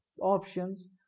options